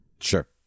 Sure